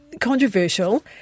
controversial